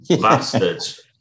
Bastards